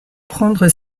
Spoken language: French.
prendre